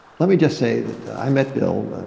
let me just say that i met bill